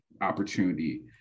opportunity